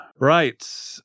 Right